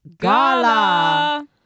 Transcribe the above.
Gala